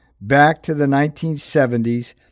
back-to-the-1970s